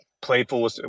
Playful